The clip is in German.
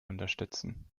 unterstützen